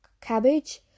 cabbage